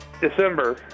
December